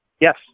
Yes